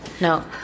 No